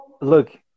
look